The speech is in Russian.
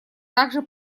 также